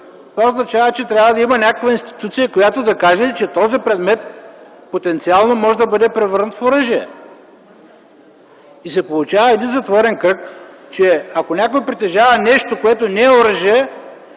това означава, че трябва да има някаква институция, която да каже, че този предмет потенциално може да бъде превърнат в оръжие. И се получава един затворен кръг, че ако някой притежава нещо, което не е оръжие